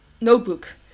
notebook